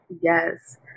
yes